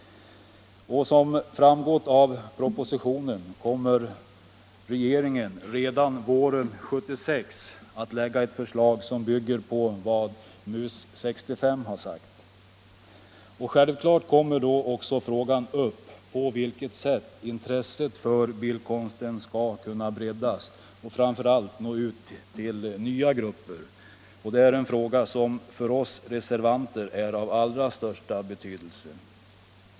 Såsom framgått av propositionen kommer regeringen redan våren 1976 att framlägga ett förslag som bygger på de riktlinjer som MUS 65 har angett. Självfallet kommer också då att tas upp frågan om på vilket sätt intresset för bildkonsten skall kunna breddas och framför allt nå ut till nya grupper. Det är en fråga som för oss reservanter är av allra största betydelse.